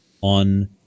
on